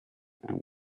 and